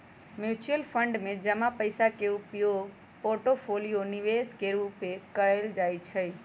mutual fund में जमा पइसा के उपयोग पोर्टफोलियो निवेश के रूपे कएल जाइ छइ